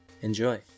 Enjoy